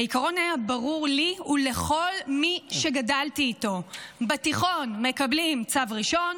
העיקרון היה ברור לי ולכל מי שגדלתי איתו:בתיכון מקבלים צו ראשון,